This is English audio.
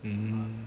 mm